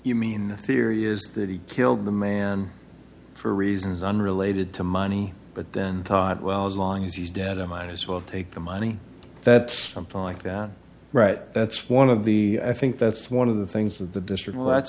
you mean the theory is that he killed the man for reasons unrelated to money but then thought well as long as he's dead i might as well take the money that something like that right that's one of the i think that's one of the things of the district that